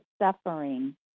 suffering